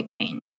pain